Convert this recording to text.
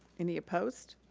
any opposed?